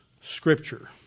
scripture